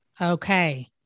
Okay